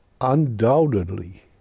undoubtedly